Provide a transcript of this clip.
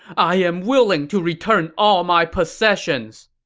i am willing to return all my possessions.